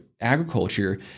agriculture